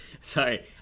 Sorry